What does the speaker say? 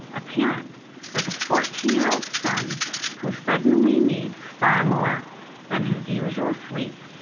a parent with a fourteen year old son who suddenly needs far more than his usual sleep,